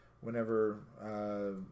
whenever